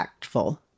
impactful